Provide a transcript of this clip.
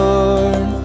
Lord